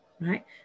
Right